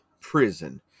Prison